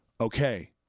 okay